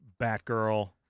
Batgirl